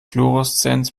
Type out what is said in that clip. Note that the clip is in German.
fluoreszenz